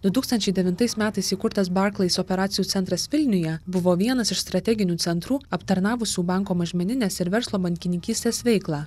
du tūkstančiai devintais metais įkurtas barklais operacijų centras vilniuje buvo vienas iš strateginių centrų aptarnavusių banko mažmeninės ir verslo bankininkystės veiklą